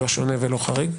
לא שונה ולא חריג.